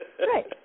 Right